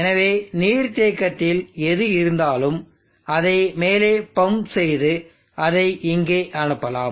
எனவே நீர்த்தேக்கத்தில் எது இருந்தாலும் அதை மேலே பம்ப் செய்து அதை இங்கே அனுப்பலாம்